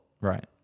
right